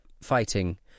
fighting